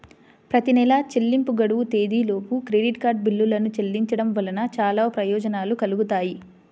ప్రతి నెలా చెల్లింపు గడువు తేదీలోపు క్రెడిట్ కార్డ్ బిల్లులను చెల్లించడం వలన చాలా ప్రయోజనాలు కలుగుతాయి